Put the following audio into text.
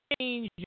change